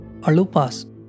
Alupas